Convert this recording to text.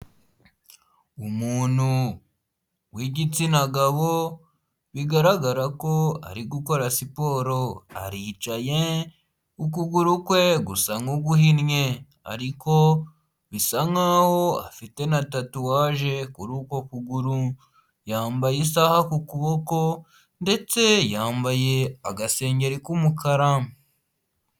Umuntu w'igitsina gabo bigaragara ko ari gukora siporo aricaye ukuguru kwe gusa nk'uguhinnye ariko bisa nkaho afite na tatuwaje kuri uko kuguru, yambaye isaha ku kuboko ndetse yambaye agasengeri k'umukara.